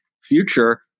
future